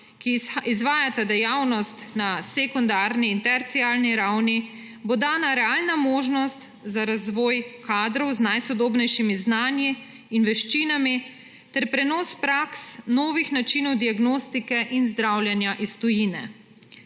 ki izvajata dejavnost na sekundarni in terciarni ravni, bo dana realna možnost za razvoj kadrov z najsodobnejšimi znanji in veščinami ter prenos praks novih načinov diagnostike in zdravljenja iz tujine.